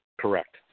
Correct